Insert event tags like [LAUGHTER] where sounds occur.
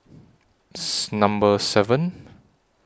[HESITATION] Number seven